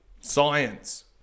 Science